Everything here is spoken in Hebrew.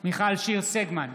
מיכל שיר סגמן,